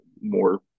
more